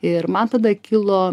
ir man tada kilo